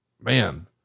man